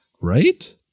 right